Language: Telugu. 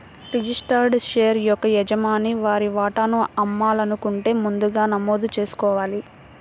రిజిస్టర్డ్ షేర్ యొక్క యజమాని వారి వాటాను అమ్మాలనుకుంటే ముందుగా నమోదు చేసుకోవాలి